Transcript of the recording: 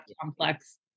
complex